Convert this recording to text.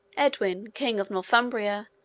edwin, king of northumbria,